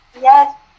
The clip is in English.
Yes